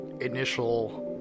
initial